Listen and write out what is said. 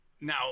Now